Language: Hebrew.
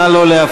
נא לא להפריע.